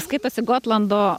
skaitosi gotlando